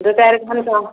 दुइ चारि घण्टा